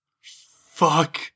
fuck